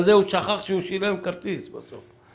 הוא שכח שהוא שילם כרטיס בסוף.